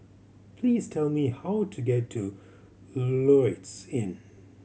please tell me how to get to Lloyds Inn